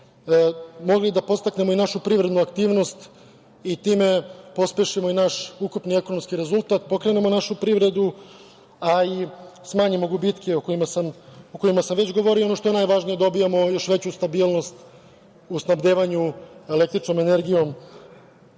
mogli da podstaknemo i našu privrednu aktivnost i time pospešimo i naš ukupni ekonomski rezultat, pokrenemo našu privredu, a i smanjimo gubitke o kojima sam već govorio i ono što je najvažnije, dobijamo još veću stabilnost u snabdevanju električnom energijom